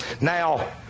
Now